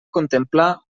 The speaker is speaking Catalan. contemplar